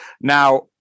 Now